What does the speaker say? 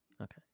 okay